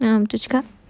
ah itu cukup